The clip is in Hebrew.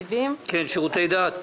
בקשה מס' 22-016 שירותי דת.